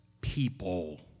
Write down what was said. people